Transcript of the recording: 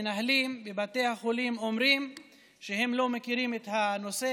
מנהלים בבתי החולים אומרים שהם לא מכירים את הנושא